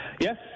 Yes